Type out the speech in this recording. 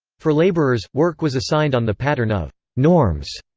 for laborers, work was assigned on the pattern of norms,